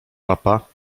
papa